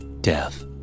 death